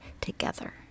together